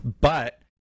But-